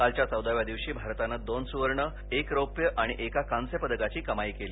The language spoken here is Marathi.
कालच्या चौदाव्या दिवशी भारतानं दोन सुवर्ण एक रोप्य आणि एका कांस्य पदकाची कमाई केली